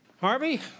Harvey